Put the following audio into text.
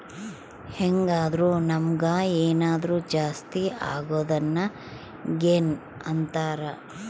ಹೆಂಗಾದ್ರು ನಮುಗ್ ಏನಾದರು ಜಾಸ್ತಿ ಅಗೊದ್ನ ಗೇನ್ ಅಂತಾರ